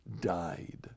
died